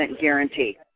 guarantee